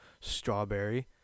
Strawberry